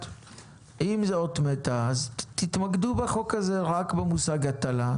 אם זה אות מתה אז תתמקדו בחוק הזה רק במושג הטלה,